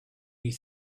you